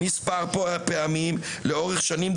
מספר פעמים לאורך שנים,